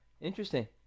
Interesting